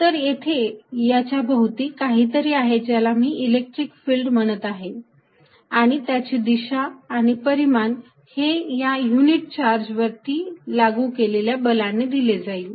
तर येथे याच्या भोवती काहीतरी आहे ज्याला मी इलेक्ट्रिक फिल्ड म्हणत आहे आणि त्याची दिशा आणि परिमाण हे या युनिट चार्ज वरती लागू केलेल्या बलाने दिले जाईल